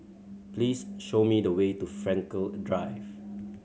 please show me the way to Frankel Drive